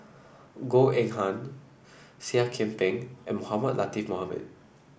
Goh Eng Han Seah Kian Peng and Mohamed Latiff Mohamed